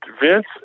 Vince